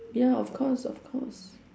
ya of course of course